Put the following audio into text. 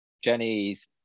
Jenny's